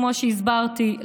כמו שהסברתי,